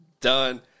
done